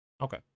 Okay